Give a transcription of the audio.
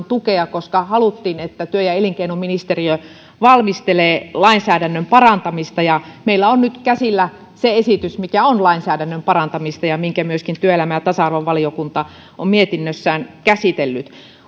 tukea koska haluttiin että työ ja elinkeinoministeriö valmistelee lainsäädännön parantamista meillä on nyt käsillä se esitys mikä on lainsäädännön parantamista ja minkä myöskin työelämä ja tasa arvovaliokunta on mietinnössään käsitellyt